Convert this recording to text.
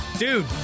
Dude